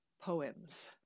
poems